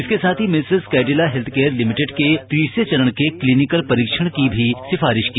इसके साथ ही मैसर्स कैडिला हेल्थकेयर लिमिटेड के तीसरे चरण के क्लीनिकल परीक्षण की भी सिफारिश की